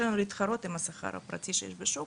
לנו להתחרות עם השכר הפרטי שיש בשוק,